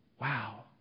wow